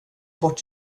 bort